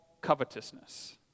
covetousness